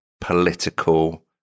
political